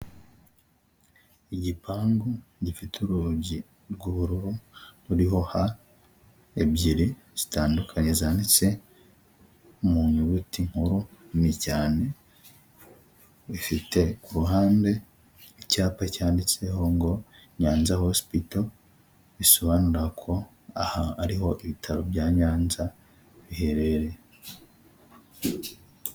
Igipangu gifite urugi rw'ubururu ruriho H ebyiri zitandukanye zanditse mu nyuguti nkuru nini cyane, ifite ku ruhande icyapa cyanditseho ngo Nyanza hosipito bisobanura ko aha ariho ibitaro bya Nyanza biherereye.